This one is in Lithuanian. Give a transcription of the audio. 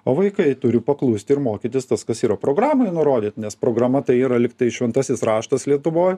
o vaikai turi paklusti ir mokytis tas kas yra programoj nurodyt nes programa tai yra lyg tai šventasis raštas lietuvoj